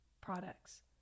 products